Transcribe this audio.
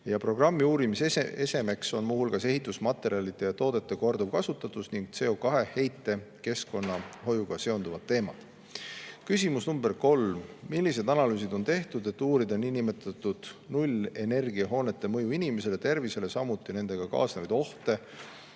Programmi uurimisesemeks on muu hulgas ehitusmaterjalide ja toodete korduvkasutus ning CO2heite ja keskkonnahoiuga seonduvad teemad. Küsimus number kolm: "Millised analüüsid on tehtud, et uurida nn nullenergiahoonete mõju inimeste tervisele ning samuti nendega kaasnevaid ohte